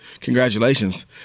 Congratulations